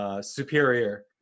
Superior